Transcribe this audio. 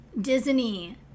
Disney